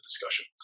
discussion